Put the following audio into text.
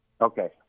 okay